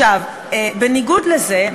בניגוד לזה,